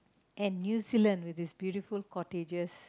and New Zealand with it's beautiful cottages